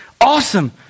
Awesome